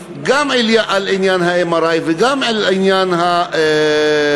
גם על עניין ה-MRI וגם על עניין הממוגרפיה,